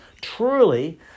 truly